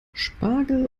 spargel